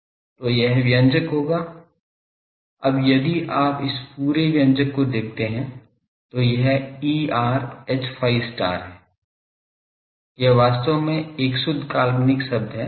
तो यह व्यंजक होगा अब यदि आप इस पुरे व्यंजक को देखते हैं तो यह Er Hϕ हैं यह वास्तव में एक शुद्ध काल्पनिक शब्द है